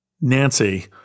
Nancy